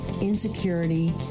insecurity